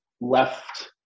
left